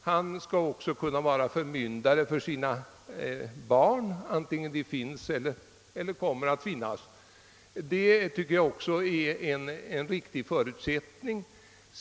Han skall också kunna vara förmyndare för sina barn — det tycker jag är en riktig förutsättning.